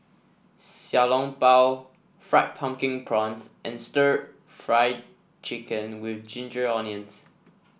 Xiao Long Bao Fried Pumpkin Prawns and Stir Fried Chicken with Ginger Onions